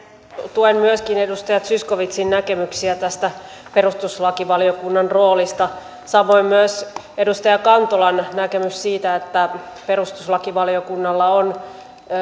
tuen myöskin edustaja zyskowiczin näkemyksiä tästä perustuslakivaliokunnan roolista samoin myös edustaja kantolan näkemystä siitä että perustuslakivaliokunnalla on